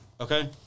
okay